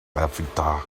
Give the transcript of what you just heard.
avatars